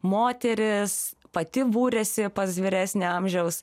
moteris pati būrėsi pas vyresnio amžiaus